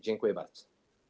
Dziękuję bardzo.